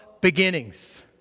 beginnings